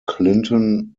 clinton